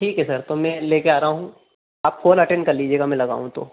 ठीक है सर तो मैं ले कर आ रहा हूँ आप फोन अटेंड कर लीजिएगा मैं लगाऊँगा तो